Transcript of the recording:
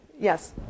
Yes